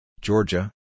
Georgia